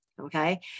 okay